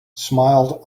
smiled